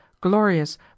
glorious